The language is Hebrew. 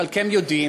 חלקכם יודע,